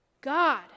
God